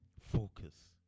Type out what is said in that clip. Focus